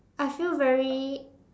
I feel very